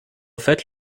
fait